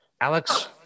Alex